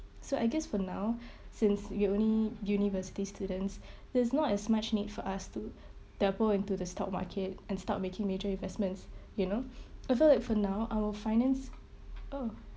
so I guess for now since we're only university students there's not as much need for us to depot into the stock market and start making major investments you know I feel like for now our finance oh